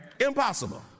Impossible